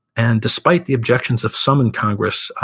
and despite the objections of some in congress,